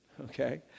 Okay